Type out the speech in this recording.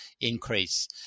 increase